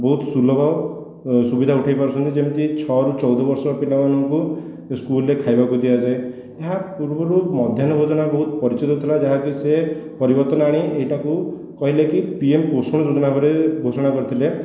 ବହୁତ ସୁଲଭ ସୁବିଧା ଉଠେଇ ପାରୁଛନ୍ତି ଯେମିତି ଛଅରୁ ଚଉଦବର୍ଷ ପିଲାମାନଙ୍କୁ ସ୍କୁଲରେ ଖାଇବାକୁ ଦିଆଯାଏ ଏହା ପୂର୍ବରୁ ମଧ୍ୟାହ୍ନ ଭୋଜନ ବହୁତ ପରିଚିତ ଥିଲା ଯାହାକି ସେ ପରିବର୍ତ୍ତନ ଆଣି ଏଇଟାକୁ କହିଲେ କି ପିଏମ ପୋଷଣ ଯୋଜନା ଭାବରେ ଘୋଷଣା କରିଥିଲେ